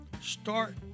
start